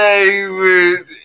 David